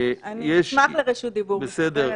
אני אשמח לרשות דיבור, אני מתנצלת.